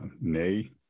nay